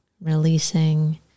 releasing